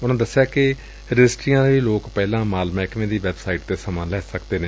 ਉਨੂਾ ਕਿਹਾ ਕਿ ਰਜਿਸਟਰੀਆਂ ਲਈ ਲੋਕ ਪਹਿਲਾਂ ਮਾਲ ਮਹਿਕਮੇ ਦੀ ਵੈਬਸਾਈਟ ਤੋਂ ਸਮਾਂ ਲੈ ਸਕਦੇ ਨੇ